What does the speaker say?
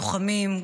לוחמים,